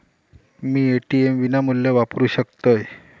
मी ATM विनामूल्य वापरू शकतय?